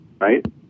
Right